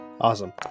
Awesome